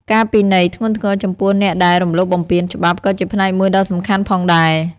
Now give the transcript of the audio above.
ការពិន័យធ្ងន់ធ្ងរចំពោះអ្នកដែលរំលោភបំពានច្បាប់ក៏ជាផ្នែកមួយដ៏សំខាន់ផងដែរ។